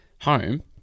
home